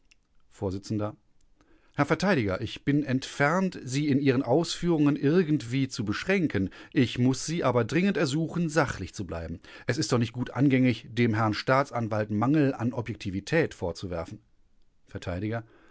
vors herr verteidiger ich bin entfernt sie in ihren ausführungen irgendwie zu beschränken ich muß sie aber dringend ersuchen sachlich zu bleiben es ist doch nicht gut angängig dem herrn staatsanwalt mangel an objektivität vorzuwerfen